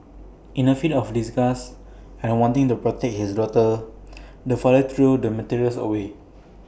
in A fit of disgust and wanting to protect his daughter the father threw the materials away